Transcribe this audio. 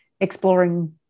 exploring